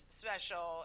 special